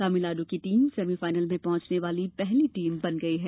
तमिलनाडू की team semifinal में पहुंचने वाली पहली टीम बन गई है